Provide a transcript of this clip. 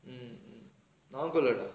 mm நாங்கலடா:naangalada